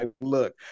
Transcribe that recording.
look